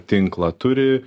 tinklą turi